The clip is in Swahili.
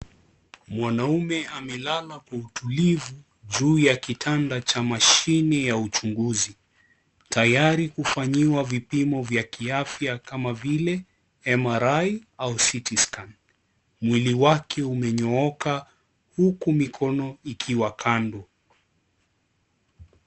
Mwanaume amelala kwa utulivu juu ya kitanda cha mashine ya uchunguzi tayari kufanyiwa vipimo vya kiafya kama vile MRI au CT scan mwili wake umenyooka huku mikono ikiwa kando.